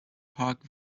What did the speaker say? park